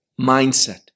mindset